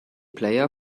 player